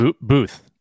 Booth